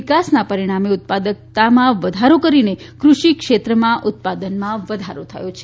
નિકાસના પરિણામે ઉત્પાદકતામાં વધારો કરીને કૃષિ ક્ષેત્રમાં ઉત્પાદનમાં વધારો થયો છે